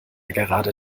gerade